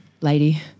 lady